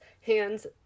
hands